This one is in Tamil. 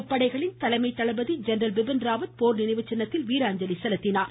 முப்படைகளின் தலைமை தளபதி ஜெனரல் பிபின் போர் ராவத் நினைவுச்சின்னத்தில் வீர அஞ்சலி செலுத்தினார்கள்